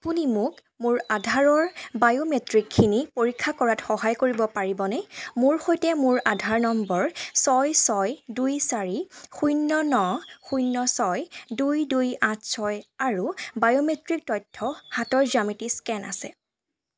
আপুনি মোক মোৰ আধাৰৰ বায়োমেট্ৰিকখিনি পৰীক্ষা কৰাত সহায় কৰিব পাৰিবনে মোৰ সৈতে মোৰ আধাৰ নম্বৰ ছয় ছয় দুই চাৰি শূন্য ন শূন্য ছয় দুই দুই আঠ ছয় আৰু বায়োমেট্ৰিক তথ্য হাতৰ জ্যামিতি স্কেন আছে